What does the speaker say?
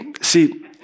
see